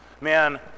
Man